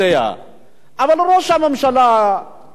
אבל ראש הממשלה כפי שהוא,